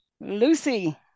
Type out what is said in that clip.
Lucy